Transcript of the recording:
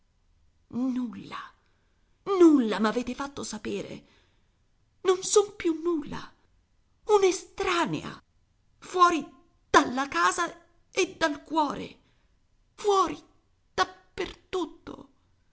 nulla nulla m'avete fatto sapere non son più nulla un'estranea fuori dalla casa e dal cuore fuori